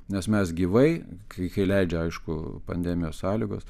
nes mes gyvai kai leidžia aišku pandemijos sąlygos